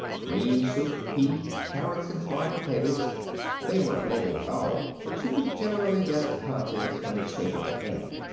cream soup, peas, carrots, and fried potatoes they weren't labeled at all but you could generally guess the contents from the shape of the can.